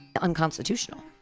unconstitutional